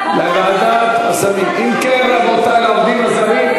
ועדת הסמים, העובדים הזרים.